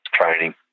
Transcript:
training